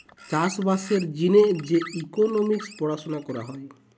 চাষ বাসের জিনে যে ইকোনোমিক্স পড়াশুনা করা হয়